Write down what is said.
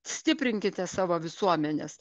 stiprinkite savo visuomenes